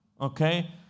okay